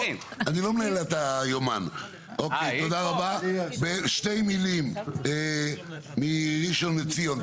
תודה רבה, בשתי מילים, מראשון לציון.